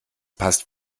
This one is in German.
passt